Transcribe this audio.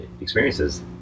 experiences